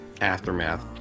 Aftermath